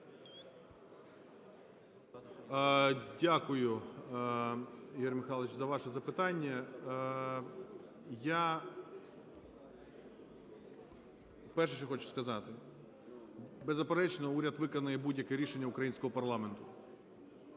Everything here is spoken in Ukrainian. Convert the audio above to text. Дякую, Ігор Михайлович, за ваше запитання. Я перше, що хочу сказати. Беззаперечно, уряд виконає будь-яке рішення українського парламенту